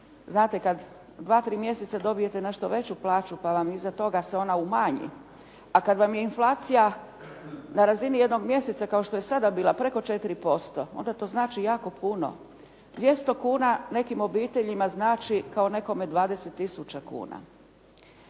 Znate, kad dva, tri mjeseca dobijete nešto veću plaću pa vam iza toga se ona umanji a kad vam je inflacija na razini jednog mjeseca kao što je sada bila preko 4% onda to znači jako puno. 200 kuna nekim obiteljima znači kao nekome 20 tisuća kuna.